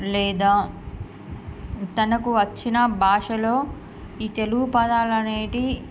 లేదా తనకు వచ్చిన భాషలో ఈ తెలుగు పదాలనేటివి